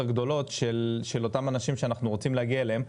גדולות של אנשים שאנחנו רוצים להגיע אליהם.